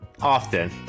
often